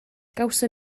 gawson